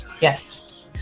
Yes